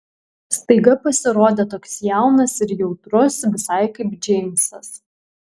staiga pasirodė toks jaunas ir jautrus visai kaip džeimsas